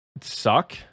suck